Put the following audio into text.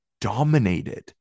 dominated